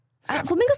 Flamingos